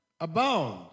abound